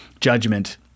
judgment